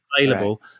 available